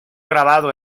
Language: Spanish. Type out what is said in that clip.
grabado